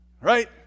Right